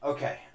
Okay